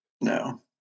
No